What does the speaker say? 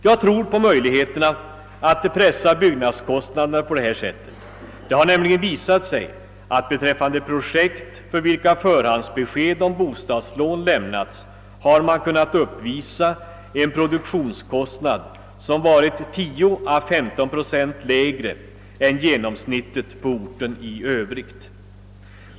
Jag tror på möjligheterna att pressa byggnadskostnaderna på detta sätt. Det har nämligen visat sig att man beträffande projekt, för vilka förhandsbesked om bostadslån lämnats, har kunnat uppvisa en produktionskostnad som varit 10 å 15 procent lägre än genomsnittet på orten i övrigt.